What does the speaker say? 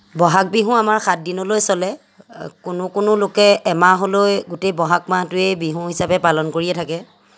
ব'হাগ বিহু আমাৰ সাতদিনলৈ চলে কোনো কোনো লোকে এমাহলৈ গোটেই ব'হাগ মাহটোৱেই বিহু হিচাপে পালন কৰিয়েই থাকে